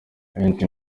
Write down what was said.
benshi